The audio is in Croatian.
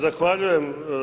Zahvaljujem.